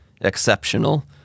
exceptional